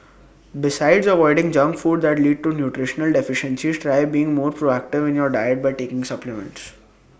besides avoiding junk food that lead to nutritional deficiencies try being more proactive in your diet by taking supplements